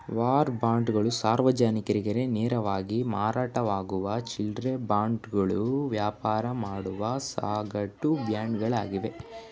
war ಬಾಂಡ್ಗಳು ಸಾರ್ವಜನಿಕರಿಗೆ ನೇರವಾಗಿ ಮಾರಾಟವಾಗುವ ಚಿಲ್ಲ್ರೆ ಬಾಂಡ್ಗಳು ವ್ಯಾಪಾರ ಮಾಡುವ ಸಗಟು ಬಾಂಡ್ಗಳಾಗಿವೆ